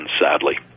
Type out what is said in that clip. sadly